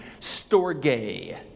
Storge